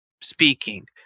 speaking